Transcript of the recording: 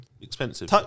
expensive